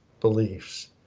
beliefs